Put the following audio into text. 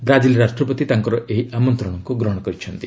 Brazil ରାଷ୍ଟ୍ରପତି ତାଙ୍କର ଏହି ଆମନ୍ତ୍ରଣକୁ ଗ୍ରହଣ କରିଛନ୍ତି